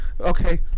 Okay